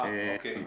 אוקיי.